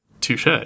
touche